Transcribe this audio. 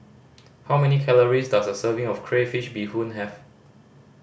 how many calories does a serving of crayfish beehoon have